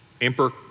emperor